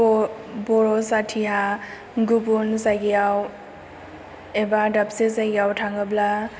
बर' जाथिहा गुबुन जायगायाव एबा दाबसे जायगायाव थाङोब्ला